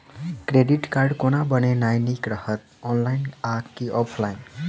Credit card कोना बनेनाय नीक रहत? ऑनलाइन आ की ऑफलाइन?